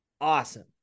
awesome